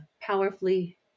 powerfully